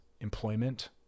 employment